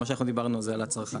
ומה שאנחנו דיברנו זה על הצרכה.